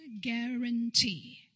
guarantee